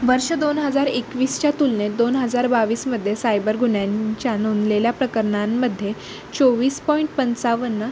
वर्ष दोन हजार एकवीसच्या तुलनेत दोन हजार बावीसमध्ये सायबर गुन्ह्यांच्या नोंदलेल्या प्रकरणांमध्ये चोवीस पॉईंट पंचावन्न